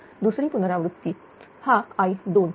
तर दुसरी पुनरावृत्ती हा i2